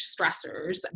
stressors